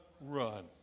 run